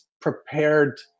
prepared